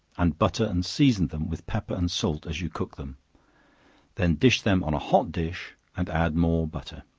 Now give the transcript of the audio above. and butter and season them with pepper and salt as you cook them then dish them on a hot dish and add more butter.